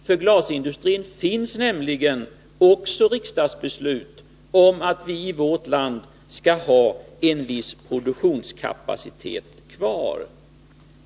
För glasindustrin finns nämligen också riksdagsbeslut om att vi i vårt land skall ha en viss produktionskapacitet kvar.